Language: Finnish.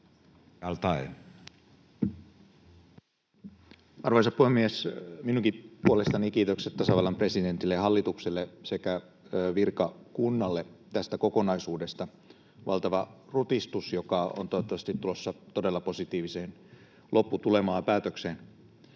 Arvoisa puhemies! Minunkin puolestani kiitokset tasavallan presidentille ja hallitukselle sekä virkakunnalle tästä kokonaisuudesta — valtava rutistus, joka on toivottavasti tulossa todella positiiviseen lopputulemaan ja päätökseen.